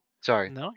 Sorry